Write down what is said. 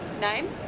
Name